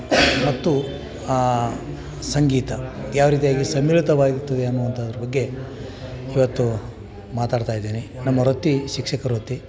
ಮತ್ತು ಸಂಗೀತ ಯಾವ ರೀತಿಯಾಗಿ ಸಮ್ಮಿಳಿತವಾಗಿರ್ತದೆ ಅನ್ನೋ ಅಂಥದ್ರ ಬಗ್ಗೆ ಇವತ್ತು ಮಾತಾಡ್ತಾ ಇದೀನಿ ನಮ್ಮ ವೃತ್ತಿ ಶಿಕ್ಷಕ ವೃತ್ತಿ